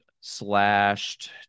slashed